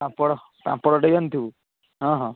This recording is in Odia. ପାମ୍ପଡ଼ ପାମ୍ପଡ଼ ଟିକିଏ ଆଣିଥିବୁ ହଁ ହଁ